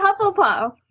Hufflepuff